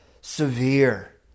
severe